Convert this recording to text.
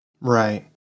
Right